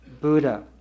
Buddha